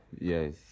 yes